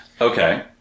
Okay